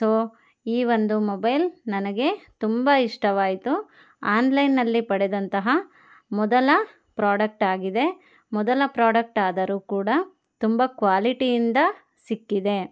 so ಈ ಒಂದು mobile ನನಗೆ ತುಂಬ ಇಷ್ಟವಾಯಿತು ಆನ್ಲೈನ್ನ್ನಲ್ಲಿ ಪಡೆದಂತಹ ಮೊದಲ ಪ್ರೋಡಕ್ಟಾಗಿದೆ ಮೊದಲ ಪ್ರೋಡಕ್ಟಾದರೂ ಕೂಡ ತುಂಬ ಕ್ವಾಲಿಟಿಯಿಂದ ಸಿಕ್ಕಿದೆ